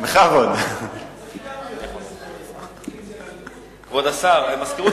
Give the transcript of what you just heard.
למרות האחווה בינך לבין השר, הדבר עלול